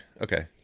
Okay